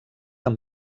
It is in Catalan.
amb